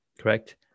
correct